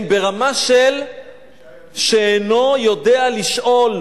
הם ברמה של שאינו יודע לשאול.